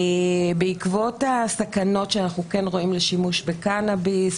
בעקבות הסכנות שאנחנו כן רואים לשימוש בקנאביס,